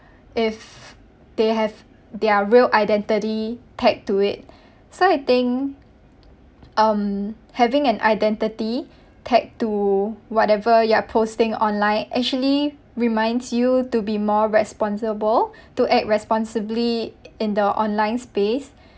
if they have their real identity tagged to it so I think um having an identity tagged to whatever you are posting online actually reminds you to be more responsible to act responsibly in the online space